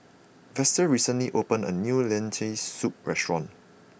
Vester recently opened a new Lentil Soup restaurant